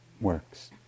works